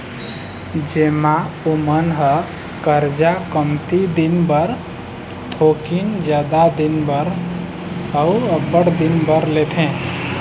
जेमा ओमन ह करजा कमती दिन बर, थोकिन जादा दिन बर, अउ अब्बड़ दिन बर लेथे